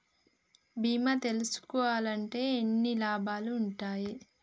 బీమా తీసుకుంటే ఎన్ని లాభాలు ఉన్నాయి?